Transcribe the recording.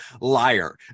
liar